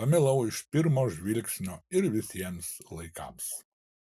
pamilau iš pirmo žvilgsnio ir visiems laikams